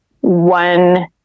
one